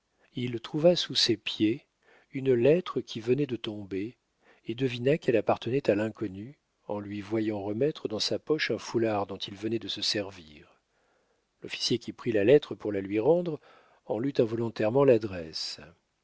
il trouva sous ses pieds une lettre qui venait de tomber et devina qu'elle appartenait à l'inconnu en lui voyant remettre dans sa poche un foulard dont il venait de se servir l'officier qui prit la lettre pour la lui rendre en lut involontairement l'adresse